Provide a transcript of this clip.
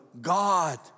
God